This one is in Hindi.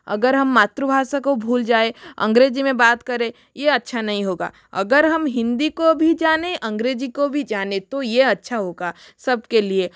अगर हम मातृभाषा को भूल जाए अंग्रेजी में बात करें ये अच्छा नहीं होगा अगर हम हिंदी को भी जाने अंग्रेजी को भी जाने तो ये अच्छा होगा सबके लिए